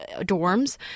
dorms